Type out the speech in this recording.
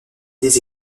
des